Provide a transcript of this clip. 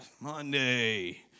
Monday